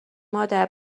مادر